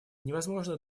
невозможно